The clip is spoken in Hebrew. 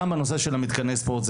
גם בנושא של מתקני ספורט,